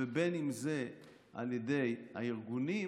ובין שזה על ידי הארגונים,